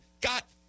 got